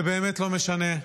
זה באמת לא משנה,